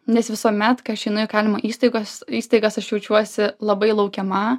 nes visuomet kai aš einu į įkalinimo įstaigos įstaigas aš jaučiuosi labai laukiama